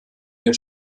ihr